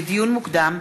לדיון מוקדם: